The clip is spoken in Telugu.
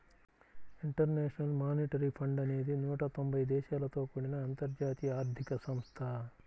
ఇంటర్నేషనల్ మానిటరీ ఫండ్ అనేది నూట తొంబై దేశాలతో కూడిన అంతర్జాతీయ ఆర్థిక సంస్థ